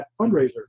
fundraiser